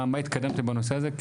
מה התקדמתם בנושא הזה.